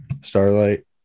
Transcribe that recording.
Starlight